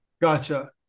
Gotcha